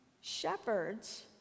Shepherds